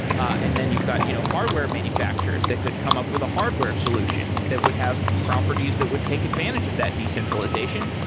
and then you've got no you know hardware manufacturers that could come up with a hardware solution that would have properties that would take advantage of that decentralization.